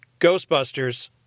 Ghostbusters